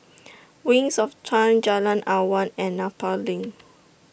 Wings of Time Jalan Awan and Nepal LINK